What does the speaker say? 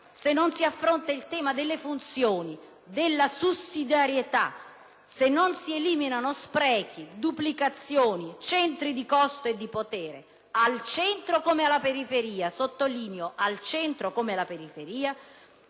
Se non si affronta il tema delle funzioni, della sussidiarietà, se non si eliminano sprechi, duplicazioni, centri di costo e di potere - e sottolineo, al centro come in periferia